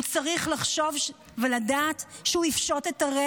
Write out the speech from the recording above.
הוא צריך לחשוב ולדעת שהוא